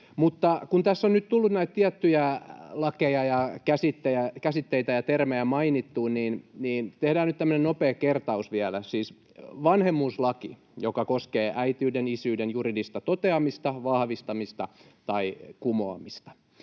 kun tässä on nyt tullut näitä tiettyjä lakeja ja käsitteitä ja termejä mainittu, niin tehdään nyt tämmöinen nopea kertaus vielä. Siis vanhemmuuslain, joka koskee äitiyden ja isyyden juridista toteamista, vahvistamista tai kumoamista,